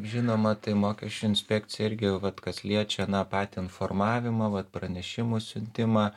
žinoma tai mokesčių inspekciją irgi vat kas liečia na patį informavimą vat pranešimų siuntimą